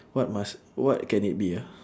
what must what can it be ah